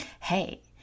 hey